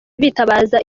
bitabaza